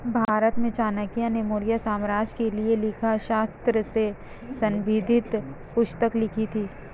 भारत में चाणक्य ने मौर्य साम्राज्य के लिए लेखा शास्त्र से संबंधित पुस्तक लिखी थी